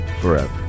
forever